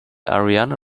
ariane